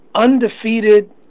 undefeated